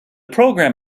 program